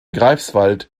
greifswald